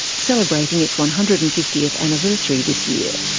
celebrating its one hundred and fiftieth anniversary this year.